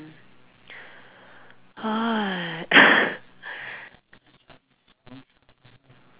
!hais!